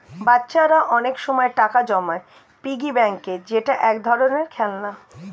বাচ্চারা অনেক সময় টাকা জমায় পিগি ব্যাংকে যেটা এক ধরনের খেলনা